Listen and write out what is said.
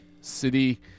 City